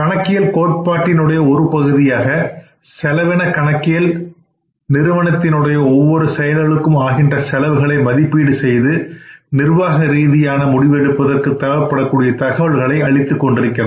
கணக்கியல் கோட்பாட்டினுடைய ஒரு பகுதியான செலவின கணக்கியல் நிறுவனத்தின் உடைய ஒவ்வொரு செயல்களுக்கும் ஆகின்ற செலவுகளை மதிப்பீடு செய்து நிர்வாக ரீதியான முடிவெடுப்பதற்கு தேவைப்படக்கூடிய தகவல்களை அளித்துக் கொண்டிருக்கிறது